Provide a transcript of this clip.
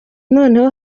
noneho